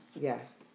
Yes